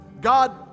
God